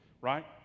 right